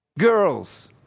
Girls